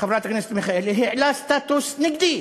חברת הכנסת מיכאלי, העלה סטטוס נגדי.